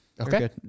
okay